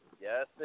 Yes